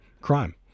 crime